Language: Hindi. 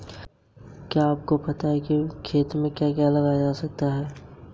खाता खोलने के लिए किन किन दस्तावेजों की जरूरत होगी?